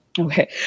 Okay